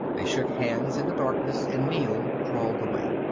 they shook hands in the darkness and neel crawled away.